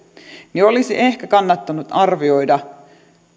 niin olisi ehkä kannattanut arvioida